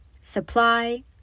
Supply